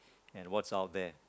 and what's out there